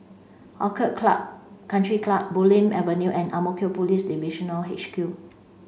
Orchid Club Country Club Bulim Avenue and Ang Mo Kio Police Divisional H Q